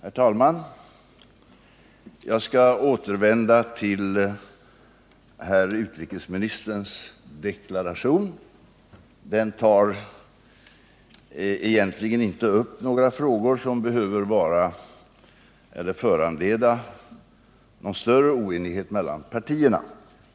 Herr talman! Jag skall återvända till herr utrikesministerns deklaration. Den tar egentligen inte upp några frågor som behöver föranleda större oenighet mellan partierna.